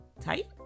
Tight